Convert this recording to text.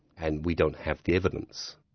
and we don't have the evidence.